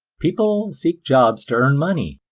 people seek jobs to earn money,